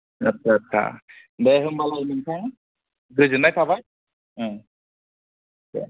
आदसा आदसा दे होनबालाय नोंथां गोजोननाय थाबाय ओं